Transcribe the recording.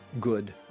good